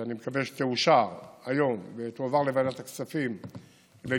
שאני מקווה שתאושר היום ותועבר לוועדת הכספים לדיון,